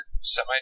semi